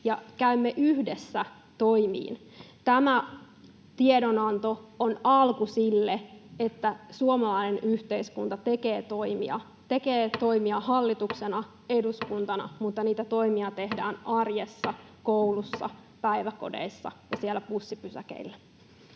käymme yhdessä toimiin. Tämä tiedonanto on alku sille, että suomalainen yhteiskunta tekee toimia, tekee toimia hallituksena, eduskuntana, mutta niitä toimia tehdään arjessa, koulussa, päiväkodeissa ja siellä bussipysäkeillä.